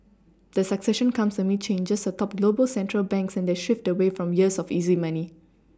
the succession comes amid changes atop global central banks and their shift away from years of easy money